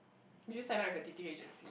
would you sign up with a dating agency